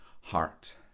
heart